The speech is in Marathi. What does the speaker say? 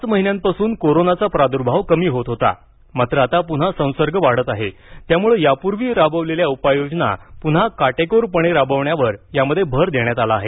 पाच महिन्यांपासून कोरोनाचा प्रादुर्भाव कमी होत होता मात्र आता पुन्हा संसर्ग वाढत आहे त्यामुळे यापूर्वी राबवलेल्या उपाययोजना पुन्हा काटेकोरपणे राबवण्यावर यामध्ये भर देण्यात आला आहे